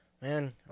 man